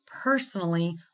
personally